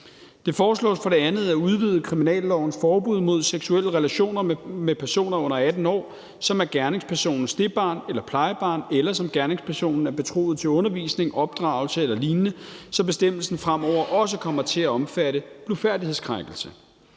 Det foreslås for det andet at udvide kriminallovens forbud mod seksuelle relationer med personer under 18 år, som er gerningspersonens stedbarn eller plejebarn, eller som gerningspersonen er betroet til undervisning, opdragelse eller lignende, så bestemmelsen fremover også kommer til at omfatte blufærdighedskrænkelse.